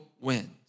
wins